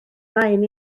nain